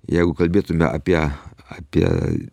jeigu kalbėtume apie apie